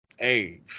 Hey